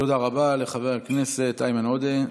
תודה רבה לחבר הכנסת איימן עודה.